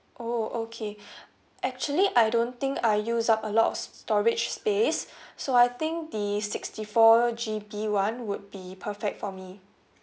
oh okay actually I don't think I use up a lot of storage space so I think the sixty four G_B [one] would be perfect for me